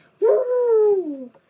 Woo